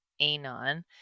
ANON